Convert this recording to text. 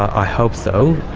i hope so.